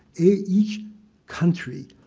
each country,